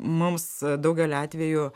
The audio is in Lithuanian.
mums daugelių atvejų